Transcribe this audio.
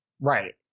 Right